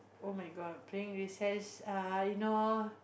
oh-my-god playing recess uh you know